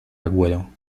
agüero